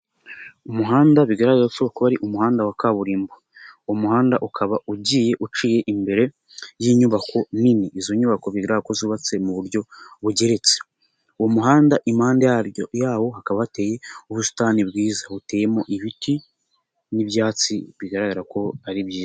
Umuhanda bigaragara ko ari umuhanda wa kaburimbo, umuhanda ukaba ugiye uciye imbere y'inyubako nini, izo nyubako bigaragara ko zubatse mu buryo bugeretse, uwo muhanda impande yaryo ya wo hakaba hateye ubusitani bwiza buteyemo ibiti n'ibyatsi bigaragara ko ari byiza.